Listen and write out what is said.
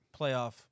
playoff